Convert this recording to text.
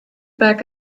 back